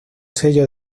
sello